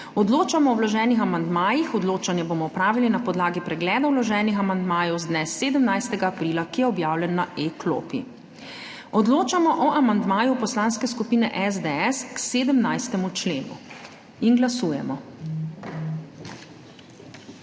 Odločamo o vloženih amandmajih. Odločanje bomo opravili na podlagi pregleda vloženih amandmajev z dne 17. aprila, ki je objavljen na e-klopi. Odločamo o amandmaju Poslanske skupine SDS k 17. členu. Glasujemo.